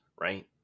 right